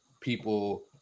people